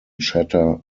shatter